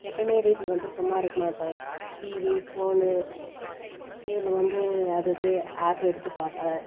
எப்பேயுமே வீட்டில் வந்து சும்மா இருக்க மாட்டேன் டிவி ஃபோனு இதில் வந்து அது இது ஆப்பு எடுத்து பார்ப்பேன்